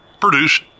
produce